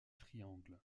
triangle